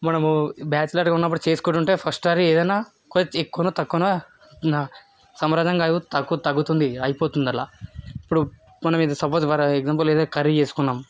మనము బ్యాచిలర్గా ఉన్నప్పుడు చేస్కుంటుంటే ఫస్ట్ సారి ఏదన్న కొచ్ ఎక్కువనో తక్కువునో న సమరం గాను తగ్గు తగ్గుతుంది అయిపోతుంది అలా ఇప్పుడు మనం ఇది సపోస్ ఫర్ ఎగ్జాంపుల్ ఏదొక కర్రీ చేసుకున్నాం